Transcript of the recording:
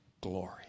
glory